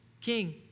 King